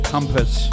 Compass